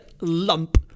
lump